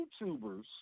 YouTubers